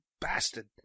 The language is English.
bastard